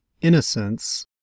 innocence